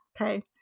Okay